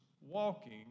walking